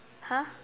!huh!